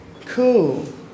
Cool